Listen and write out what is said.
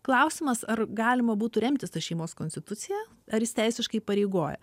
klausimas ar galima būtų remtis ta šeimos konstitucija ar jis teisiškai įpareigoja